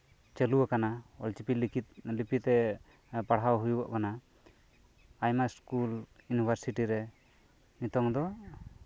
ᱪᱟᱹᱞᱩ ᱟᱠᱟᱱᱟ ᱚᱞᱪᱤᱠᱤ ᱞᱤᱯᱤᱛᱮ ᱯᱟᱲᱦᱟᱣ ᱦᱩᱭᱩᱜ ᱠᱟᱱᱟ ᱟᱭᱢᱟ ᱤᱥᱠᱩᱞ ᱤᱭᱩᱱᱤᱵᱷᱟᱨᱥᱤᱴᱤᱨᱮ ᱱᱤᱛᱚᱜ ᱫᱚ